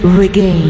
Regain